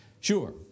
Sure